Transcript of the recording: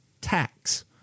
tax